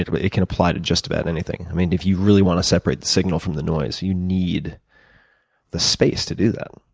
it can apply to just about anything. if you really want to separate the signal from the noise, you need the space to do that.